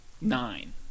Nine